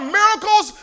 miracles